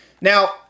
Now